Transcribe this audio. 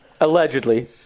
Allegedly